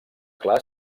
clar